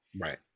Right